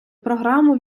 програму